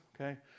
okay